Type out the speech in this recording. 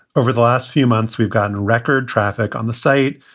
over the last few months, we've gotten record traffic on the site.